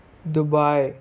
Dubai